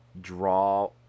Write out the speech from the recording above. draw